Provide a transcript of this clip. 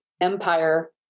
empire